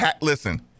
Listen